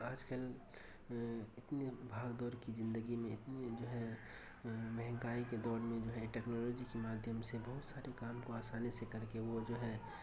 آج کل اتنی بھاگ دوڑ کی زندگی میں جو ہے مہنگائی کے دور میں جو ہے ٹیکنالوجی کے مادھیم سے بہت سارے کام کو آسانی سے کر کے وہ جو ہے